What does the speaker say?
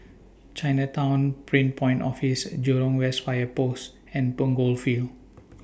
Chinatown Prin Point Office Jurong West Fire Post and Punggol Field